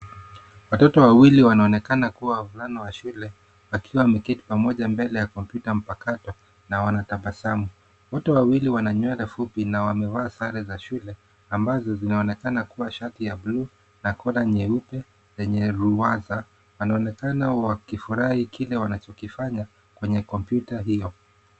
Watoto wawili wanaonekana kuwa wavulana wa shule, wakiwa wameketi pamoja mbele ya kompyuta mpakato na wanatabasamu. Wote wawili wana nywele fupi na wamevaa sare za shule ambazo zinaonekana kuwa shati ya bluu, na kola nyeupe lenye ruwaza. Wanaonekana wakifurahi kile wanachokifanya kwenye kompyuta hiyo.